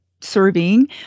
serving